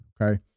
okay